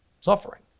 suffering